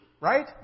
right